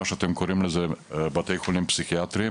מה שאתם קוראים בתי חולים פסיכיאטריים,